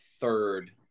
third